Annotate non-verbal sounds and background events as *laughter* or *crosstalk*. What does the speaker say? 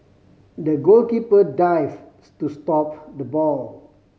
the goalkeeper dive *unintelligible* to stop the ball